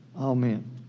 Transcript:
Amen